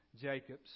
Jacobs